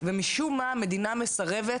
ומשום מה המדינה מסרבת